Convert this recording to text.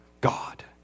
God